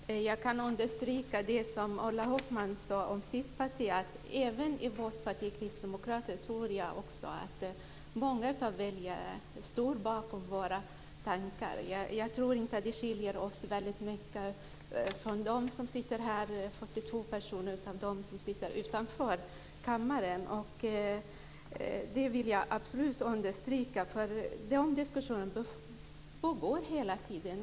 Herr talman! Jag kan understryka det som Ulla Hoffmann sade om sitt parti - även i vårt parti, Kristdemokraterna, tror jag att många av väljarna står bakom våra tankar. Jag tror inte att de 42 kristdemokrater som sitter här i riksdagen skiljer sig så mycket från de kristdemokrater som befinner sig utanför riksdagen. Det vill jag absolut understryka, eftersom dessa diskussioner pågår hela tiden.